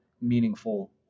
meaningful